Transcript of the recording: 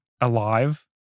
alive